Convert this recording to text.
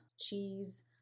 cheese